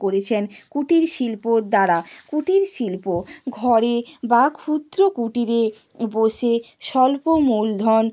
করেছেন কুটির শিল্পর দ্বারা কুটির শিল্প ঘরে বা ক্ষুদ্র কুটিরে বসে স্বল্প মূলধন